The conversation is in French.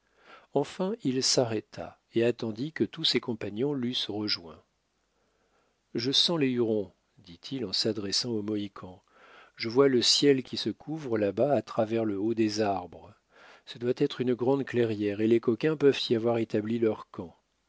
enfin il s'arrêta et attendit que tous ses compagnons l rejoints je sens les hurons dit-il en s'adressant aux mohicans je vois le ciel qui se couvre là-bas à travers le haut des arbres ce doit être une grande clairière et les coquins peuvent y avoir établi leur camp